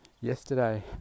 yesterday